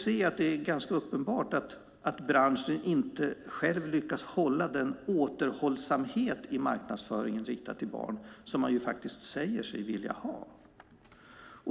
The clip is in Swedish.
Det är ganska uppenbart att branschen inte själv lyckas hålla den återhållsamhet i marknadsföring riktad till barn som den säger sig vilja ha.